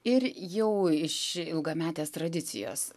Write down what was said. ir jau iš ilgametės tradicijos